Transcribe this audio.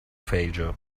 failure